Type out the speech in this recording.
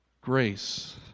Grace